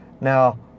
now